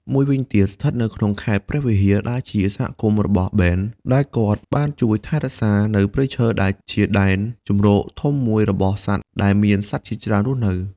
មួយវិញទៀតស្ថិតនៅក្នុងខេត្តព្រះវិហារដែលជាសហគមន៍របស់បេន ដែលគាត់បានជួយថែរក្សានៅព្រៃឈើដែលជាដែនជម្រកធំមួយរបស់សត្វដែលមានសត្វជាច្រើនរស់នៅ។